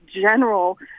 general